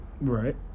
Right